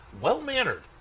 Well-mannered